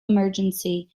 emergency